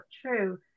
true